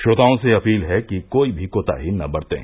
श्रोताओं से अपील है कि कोई भी कोताही न बरतें